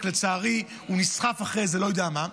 רק לצערי הוא נסחף אחרי איזה לא יודע מה,